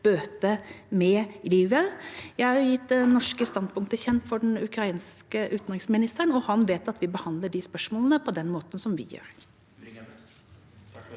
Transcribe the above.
bøte med livet. Jeg har gjort det norske standpunktet kjent for den ukrainske utenriksministeren, og han vet at vi behandler de spørsmålene på den måten som vi gjør.